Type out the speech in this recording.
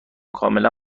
کاملا